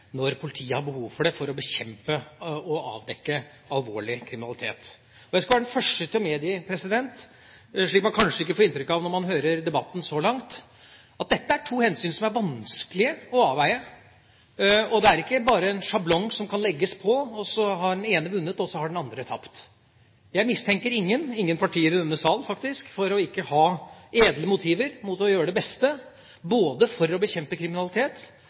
når politiet har behov for det for å bekjempe og avdekke alvorlig kriminalitet. Jeg skal være den første til å medgi – noe man kanskje ikke får inntrykk av når man har hørt debatten så langt – at dette er to hensyn som er vanskelig å avveie. Det er ikke bare en sjablong som kan legges på, og så har den ene vunnet og den andre tapt. Jeg mistenker ingen partier i denne sal for ikke å ha edle motiver for å gjøre det beste, både for å bekjempe kriminalitet